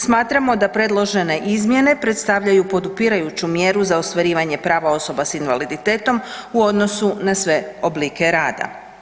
Smatramo da predložene izmjene predstavljaju podupirajuću mjeru za ostvarivanje prava osoba s invaliditetom u odnosu na sve oblike rada.